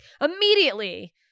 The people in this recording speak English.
immediately